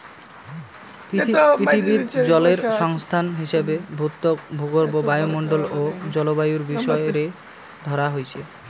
পিথীবিত জলের সংস্থান হিসাবে ভূত্বক, ভূগর্ভ, বায়ুমণ্ডল ও জলবায়ুর বিষয় রে ধরা হইচে